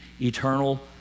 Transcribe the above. eternal